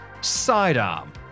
sidearm